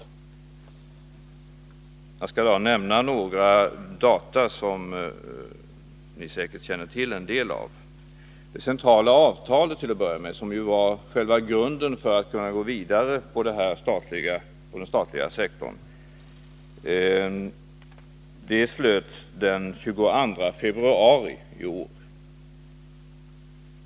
Jag skall nämna några fakta som ni säkert känner till en del av. Det centrala avtalet, som var själva grunden för att man skulle kunna gå vidare på den statliga sektorn, slöts den 22 februari i år.